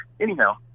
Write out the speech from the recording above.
anyhow